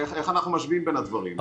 איך אנחנו משווים בין הדברים?